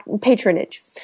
patronage